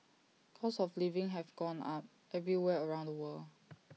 costs of living have gone up everywhere around the world